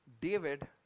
David